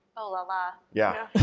oh la la. yeah.